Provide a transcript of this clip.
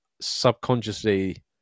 subconsciously